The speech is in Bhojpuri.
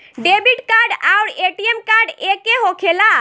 डेबिट कार्ड आउर ए.टी.एम कार्ड एके होखेला?